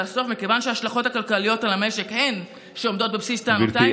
הסוף: מכיוון שההשלכות הכלכליות על המשק הן שעומדות בבסיס טענותיי,